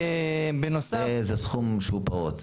זה סכום שהוא פעוט.